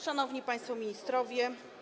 Szanowni Państwo Ministrowie!